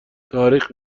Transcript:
تاریخ